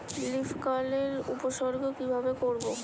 Leaf curl এর উপসর্গ কিভাবে করব?